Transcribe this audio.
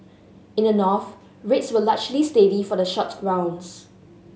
in the North rates were largely steady for the short rounds